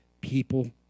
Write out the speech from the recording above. people